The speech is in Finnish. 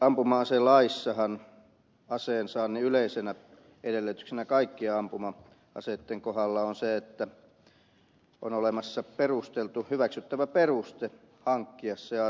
ampuma aselaissahan aseen saannin yleisenä edellytyksenä kaikkien ampuma aseitten kohdalla on se että on olemassa perusteltu hyväksyttävä peruste hankkia se ase